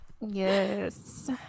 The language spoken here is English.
Yes